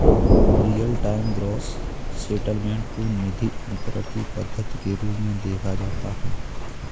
real time gross settlement को निधि अंतरण की पद्धति के रूप में देखा जाता है